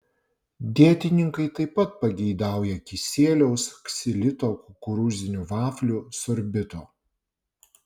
dietininkai taip pat pageidauja kisieliaus ksilito kukurūzinių vaflių sorbito